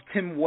Tim